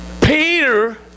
Peter